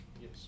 Yes